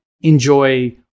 enjoy